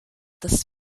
das